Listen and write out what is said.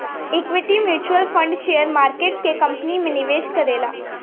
equity mutual fund share market के company में निवेश करेला